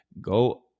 go